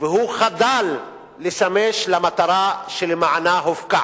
והוא חדל לשמש למטרה שלמענה הופקע.